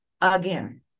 again